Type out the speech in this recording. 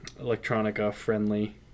electronica-friendly